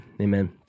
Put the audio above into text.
amen